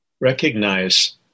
Recognize